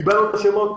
קיבלנו את השמות,